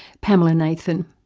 pamela nathan.